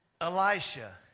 Elisha